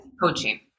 Coaching